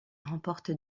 remporte